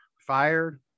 fired